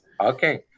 Okay